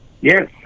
Yes